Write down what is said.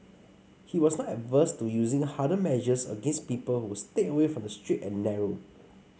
he was not averse to using harder measures against people who strayed away from the straight and narrow